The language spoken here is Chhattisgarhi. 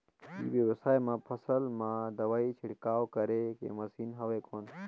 ई व्यवसाय म फसल मा दवाई छिड़काव करे के मशीन हवय कौन?